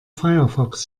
firefox